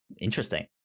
interesting